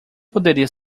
poderia